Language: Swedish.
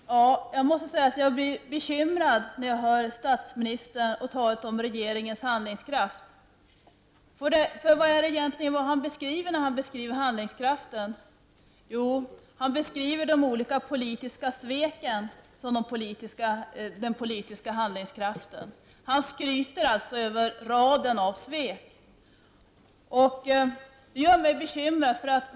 Fru talman! Jag måste säga att jag blir bekymrad när jag hör statsministern tala om regeringens handlingskraft. Vad är det egentligen han beskriver när han talar om handlingskraften? Jo, han beskriver de olika politiska sveken. Han skryter alltså över raden av svek. Det gör mig bekymrad.